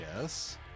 Yes